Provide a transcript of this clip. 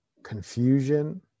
Confusion